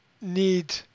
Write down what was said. need